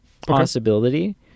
possibility